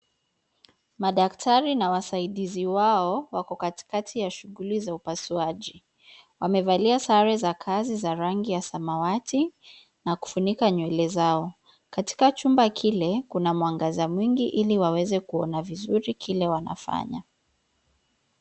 Madaktari na wasaidizi wao wako katikati ya shuguli za upasuaji. Wamevalia sare za kazi za rangi ya samawati, na kufunika nywele zao. Katika chumba kile, kuna mwangaza mwingi ili waweze kuona vizuri kile wanafanya.